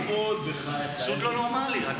אין להם גבול, בחייך, אין להם גבול.